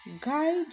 guide